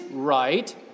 right